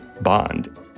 bond